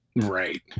Right